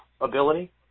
ability